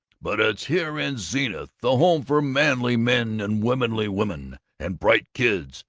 but it's here in zenith, the home for manly men and womanly women and bright kids,